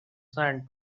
sand